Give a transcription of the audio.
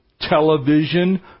television